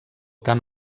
tant